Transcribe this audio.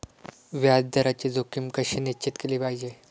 व्याज दराची जोखीम कशी निश्चित केली पाहिजे